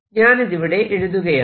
ഞാനിതിവിടെ എഴുതുകയാണ്